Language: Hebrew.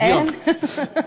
שוויון.